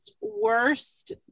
worst